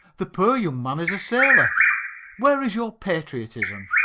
the poor young man is a sailor where is your patriotism?